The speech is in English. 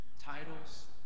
titles